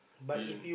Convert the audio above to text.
you